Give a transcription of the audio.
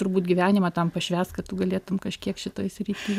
turbūt gyvenimą tam pašvęst kad tu galėtum kažkiek šitoj srity